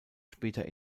später